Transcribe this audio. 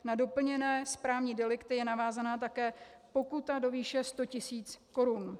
Na doplněné správní delikty je navázána také pokuta do výše 100 tisíc korun.